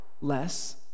less